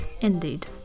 Indeed